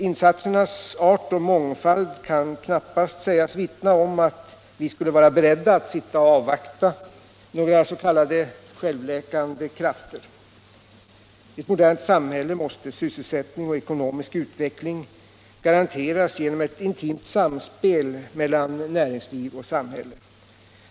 Insatsernas art och mångfald kan knappast sägas vittna om att vi skulle vara beredda att sitta och avvakta några s.k. självläkande krafter. I ett modernt samhälle måste sysselsättning och ekonomisk utveckling garanteras genom ett intimt samspel mellan näringsliv och samhälle.